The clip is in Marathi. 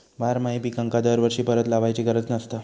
बारमाही पिकांका दरवर्षी परत लावायची गरज नसता